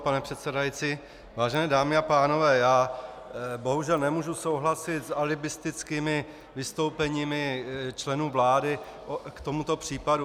Pane předsedající, vážené dámy a pánové, bohužel nemůžu souhlasit s alibistickými vystoupeními členů vlády k tomuto případu.